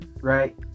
Right